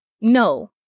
no